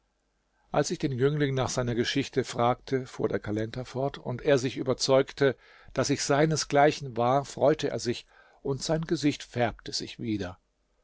als ich den jüngling nach seiner geschichte fragte fuhr der kalender fort und er sich überzeugte daß ich seinesgleichen war freute er sich und sein gesicht färbte sich wieder